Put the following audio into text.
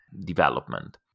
development